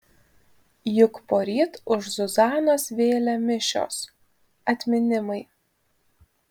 juk poryt už zuzanos vėlę mišios atminimai